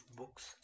books